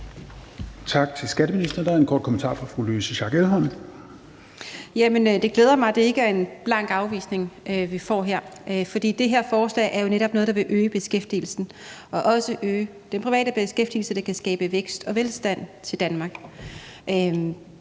Det glæder mig, at det ikke er en blank afvisning, vi får her, for det her forslag er jo netop noget, der vil øge beskæftigelsen, også den private beskæftigelse, der kan skabe vækst og velstand til Danmark.